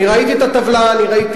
אני ראיתי את הטבלה, ראיתי